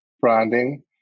branding